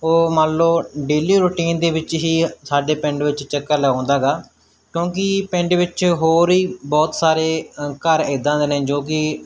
ਉਹ ਮੰਨ ਲਓ ਡੇਲੀ ਰੂਟੀਨ ਦੇ ਵਿੱਚ ਹੀ ਸਾਡੇ ਪਿੰਡ ਵਿੱਚ ਚੱਕਰ ਲਗਾਉਂਦਾ ਗਾ ਕਿਉਂਕਿ ਪਿੰਡ ਵਿੱਚ ਹੋਰ ਹੀ ਬਹੁਤ ਸਾਰੇ ਘਰ ਇੱਦਾਂ ਦੇ ਨੇ ਜੋ ਕਿ